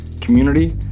community